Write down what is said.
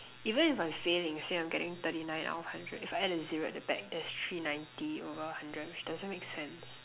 even if I'm fail and say I'm getting thirty nine out of hundred if I add a zero at the back that's three ninety over hundred which doesn't make sense